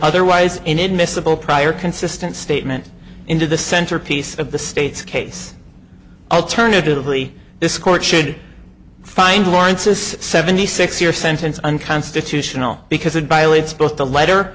otherwise inadmissible prior consistent statement into the centerpiece of the state's case alternatively this court should find lawrence's seventy six year sentence unconstitutional because it violates both the letter